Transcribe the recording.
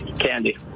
Candy